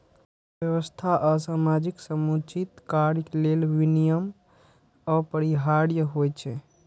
अर्थव्यवस्था आ समाजक समुचित कार्य लेल विनियम अपरिहार्य होइ छै